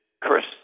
Chris